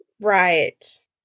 Right